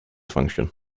function